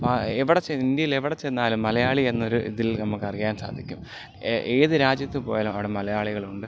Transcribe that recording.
അപ്പം എവിടെ ചെന്ന് ഇന്ത്യയിൽ എവിടെ ചെന്നാലും മലയാളി എന്നൊരു ഇതിൽ നമുക്കറിയാൻ സാധിക്കും ഏത് രാജ്യത്ത് പോയാലും അവിടെ മലയാളികളുണ്ട്